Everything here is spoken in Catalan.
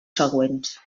següents